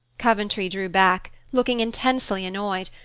coventry drew back, looking intensely annoyed,